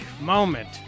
moment